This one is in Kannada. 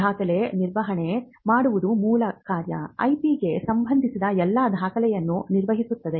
ದಾಖಲೆ ನಿರ್ವಹಣೆ ಮಾಡುವುದು ಮೂಲ ಕಾರ್ಯ IP ಗೆ ಸಂಬಂಧಿಸಿದ ಎಲ್ಲಾ ದಾಖಲೆಗಳನ್ನು ನಿರ್ವಹಿಸುತ್ತದೆ